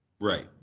Right